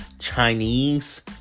Chinese